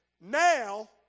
Now